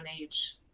age